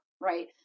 right